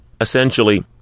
Essentially